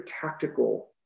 tactical